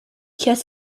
kiss